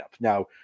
now